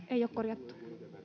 ei ole korjattu